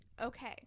Okay